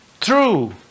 true